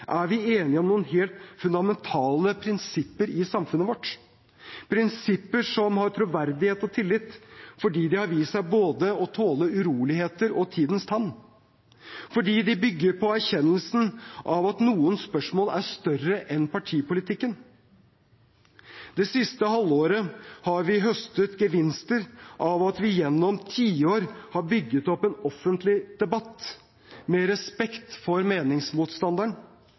er vi enige om noen helt fundamentale prinsipper i samfunnet vårt, prinsipper som har troverdighet og tillit fordi de har vist seg å tåle både uroligheter og tidens tann, fordi de bygger på erkjennelsen av at noen spørsmål er større enn partipolitikken. Det siste halvåret har vi høstet gevinster av at vi gjennom tiår har bygget opp en offentlig debatt med respekt for meningsmotstanderen,